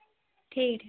ठीक ठीक